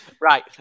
Right